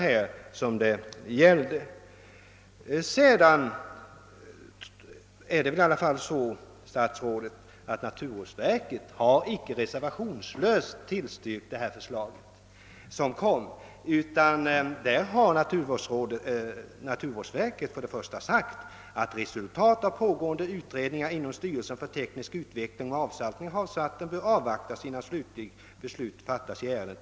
Men det är väl ändå så, herr statsråd, att naturvårdsverket inte reservationslöst har tillstyrkt detta förslag. Verket har för det första sagt att resultatet av pågående utredning inom styrelsen för teknisk utveckling om avsaltning av havsvatten bör avvaktas innan beslut fattas i ärendet.